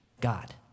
God